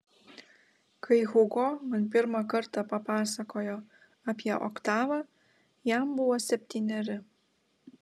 kai hugo man pirmą kartą papasakojo apie oktavą jam buvo septyneri